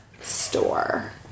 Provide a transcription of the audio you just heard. store